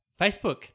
Facebook